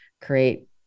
create